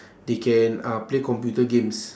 they can uh play computer games